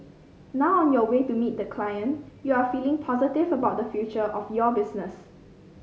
now on your way to meet the client you are feeling positive about the future of your business